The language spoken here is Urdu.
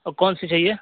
کون سی چاہیے